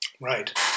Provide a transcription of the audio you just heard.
Right